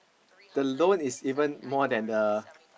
the loan is even more than the